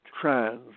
trans